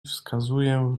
wskazuję